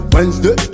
Wednesday